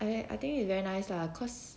and then I think it's very nice lah cause